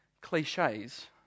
cliches